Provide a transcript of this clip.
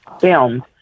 filmed